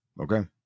Okay